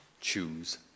Choose